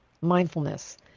mindfulness